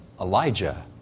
Elijah